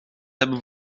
hebben